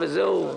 וזהו.